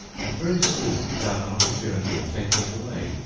and very soon found an opportunity of taking it away.